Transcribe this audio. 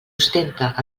ostenta